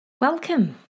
Welcome